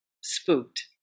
spooked